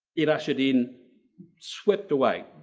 it ushered in swept away.